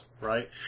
right